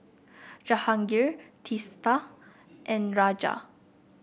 Jehangirr Teesta and Raja